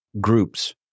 groups